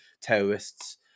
terrorists